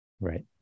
right